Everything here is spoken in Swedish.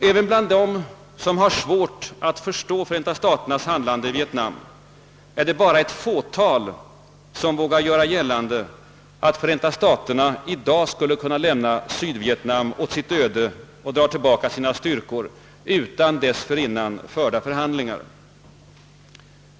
Även bland dem som har svårt att förstå Förenta staternas handlande i Viet nam är det bara ett fåtal som vågar göra gällande, att Förenta staterna i dag skulle kunna lämna Sydvietnam åt dess öde och dra tillbaka sina styrkor utan dessförinnan förda förhandlingar.